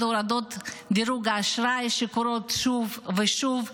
הורדות דירוג האשראי שקורות שוב ושוב,